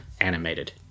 animated